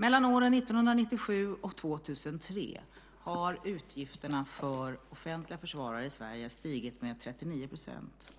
Mellan åren 1997 och 2003 har utgifterna för offentliga försvarare i Sverige stigit med 39 %.